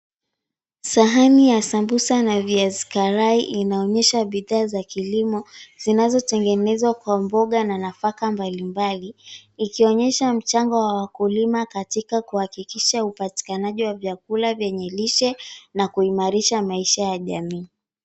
Sahani ya sambusa na viazi karai inaonyesha bidhaa za kilimo zinazotengenezwa kwa mboga na nafaka mbalimbali. Ikionyesha mchango wa wakulima katika kuhakikisha upatikanaji wa vyakula vyenye lishe, na kuimarisha maisha ya jamii.